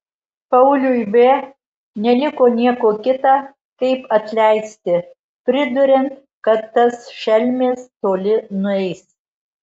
pauliui v neliko nieko kita kaip atleisti priduriant kad tas šelmis toli nueis